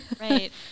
right